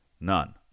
None